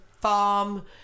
farm